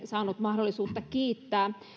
saanut mahdollisuutta kiittää